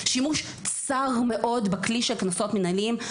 שימוש צר מאוד בכלי של קנסות מנהליים.